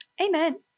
Amen